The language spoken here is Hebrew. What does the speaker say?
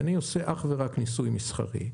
ואני עושה אך ורק ניסוי מסחרי.